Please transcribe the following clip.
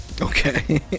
Okay